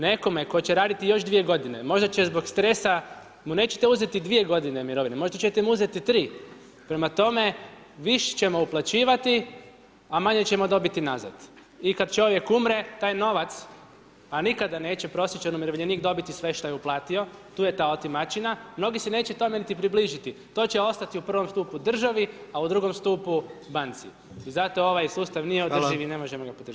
Nekome tko će raditi još 2 g., možda zbog stresa mu nećete uzeti 2 g. mirovine, možda ćete mu uzeti 3. Prema tome, više ćemo uplaćivati a manje ćemo dobiti nazad i kad čovjek umre, taj novac a nikada neće prosječan umirovljenik dobiti sve šta je uplatio, tu je ta otimačina, mnogi se neće tome niti približiti, to će ostati u prvom stupu državi a u drugom stupu banci i zato ovaj sustav nije održiv i ne možemo ga podržati.